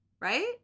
right